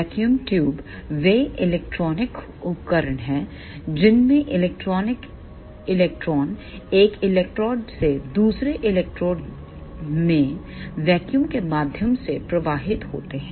vacuum tube वे electronic उपकरण हैं जिनमें इलेक्ट्रॉन एक इलेक्ट्रोड से दूसरे इलेक्ट्रोड में वैक्यूम के माध्यम से प्रवाहित होते हैं